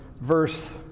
verse